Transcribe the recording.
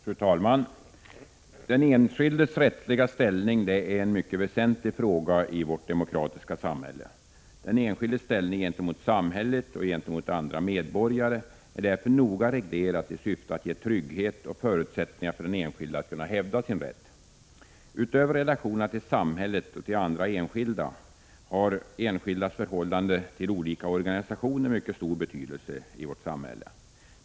Fru talman! Den enskildes rättsliga ställning är en mycket väsentlig fråga i vårt demokratiska samhälle. Den enskildes ställning gentemot samhället och gentemot andra medborgare är därför noga reglerad i syfte att ge trygghet och förutsättningar för den enskilde att kunna hävda sin rätt. Utöver relationerna till samhället och till andra enskilda har den enskildes förhållande till olika organisationer mycket stor betydelse i vårt samhälle.